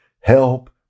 Help